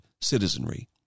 citizenry